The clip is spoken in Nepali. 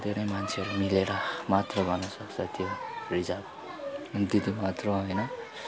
धेरै मान्छेहरू मिलेर मात्र गर्न सक्छ त्यो रिजर्भ अनि त्यति मात्र होइन